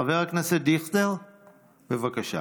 חבר הכנסת דיכטר, בבקשה.